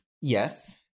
Yes